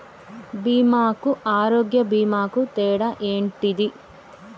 బీమా కు ఆరోగ్య బీమా కు తేడా ఏంటిది?